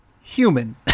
human